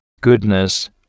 goodness